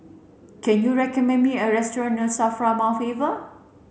can you recommend me a restaurant near SAFRA Mount Faber